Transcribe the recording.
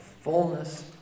fullness